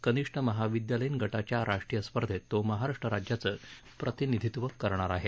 कनिष्ठ महाविदयालयीन गटाच्या राष्ट्रीय स्पर्धेत तो महाराष्ट्र राज्याचे प्रतिनिधित्व करणार आहे